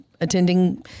attending